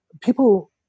people